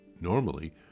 normally